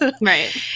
Right